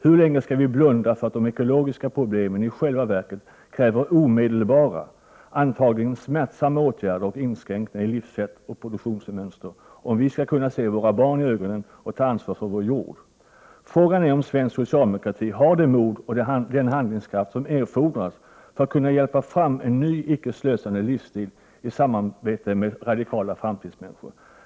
Hur länge ska vi blunda för att de ekologiska problemen i själva verket kräver omedelbara, antagligen smärtsamma, åtgärder och inskränkningar i livssätt och produktionsmönster om vi ska kunna se våra barn i ögonen och ta ansvar för vår jord?” Frågan är om svensk socialdemokrati har det mod och den handlingskraft som erfordras för att kunna hjälpa fram en ny icke slösande livsstil i samarbete med radikala framtidsmänniskor.